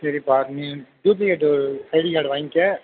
சரிப்பா நீ duplicate ID card வாங்கிக்க